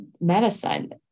medicine